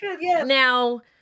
now